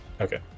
Okay